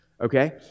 okay